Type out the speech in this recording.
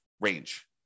range